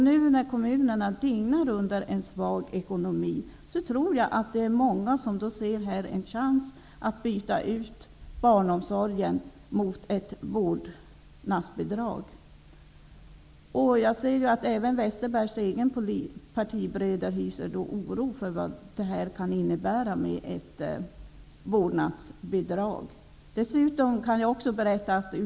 Nu, när kommunerna tyngs av en svag ekonomi, tror jag att många här ser en chans att byta ut barnomsorgen mot ett vårdnadsbidrag. Även Bengt Westerbergs egna partibröder hyser ju oro för vad detta med ett vårdnadsbidrag kan innebära.